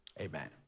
amen